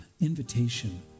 invitation